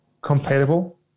compatible